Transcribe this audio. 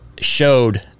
showed